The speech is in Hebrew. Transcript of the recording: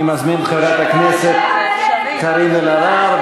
אני מזמין את חברת הכנסת קארין אלהרר,